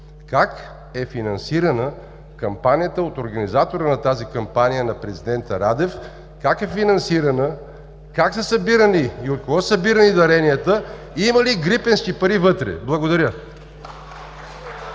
как е финансирана кампанията от организатора на тази кампания на президента Радев? Как е финансирана? Как са събирани и от кого са събирани даренията и има ли грипенски пари вътре? Благодаря.